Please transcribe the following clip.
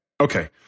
okay